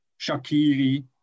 Shakiri